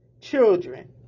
children